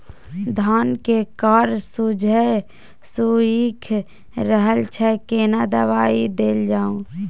धान के कॉर सुइख रहल छैय केना दवाई देल जाऊ?